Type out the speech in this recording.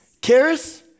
Karis